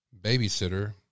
babysitter